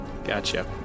Gotcha